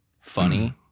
funny